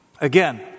Again